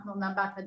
אנחנו אמנם באקדמיה,